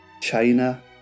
China